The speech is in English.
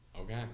Okay